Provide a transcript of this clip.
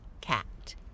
cat